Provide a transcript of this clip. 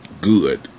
good